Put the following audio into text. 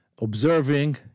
observing